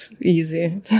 easy